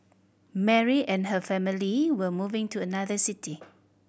Mary and her family were moving to another city